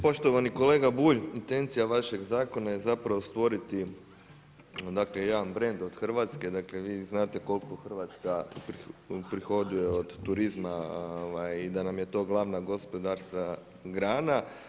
Poštovani kolega Bulj, intencija vašeg zakona je zapravo stvoriti jedan brend od Hrvatske, vi znate koliko Hrvatska prihoduje od turizma i da nam je to glavna gospodarska grana.